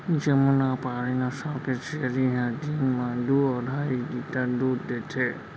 जमुनापारी नसल के छेरी ह दिन म दू अढ़ाई लीटर दूद देथे